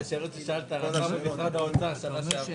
הבקשה אושרה.